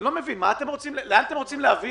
אני לא מבין, לאן אתם רוצים להביא